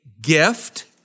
gift